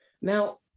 Now